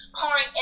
pouring